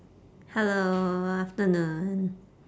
hello afternoon